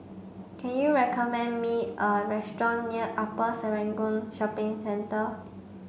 can you recommend me a restaurant near Upper Serangoon Shopping Centre